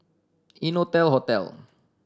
Innotel Hotel